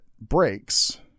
breaks